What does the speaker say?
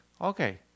Okay